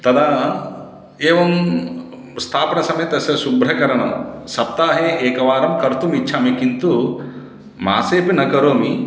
तदा एवं स्थापनसमये तस्य शुभ्रकरणं सप्ताहे एकवारं कर्तुम् इच्छामि किन्तु मासेऽपि न करोमि